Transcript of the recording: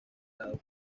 lado